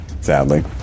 Sadly